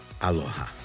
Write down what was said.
Aloha